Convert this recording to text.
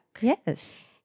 Yes